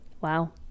Wow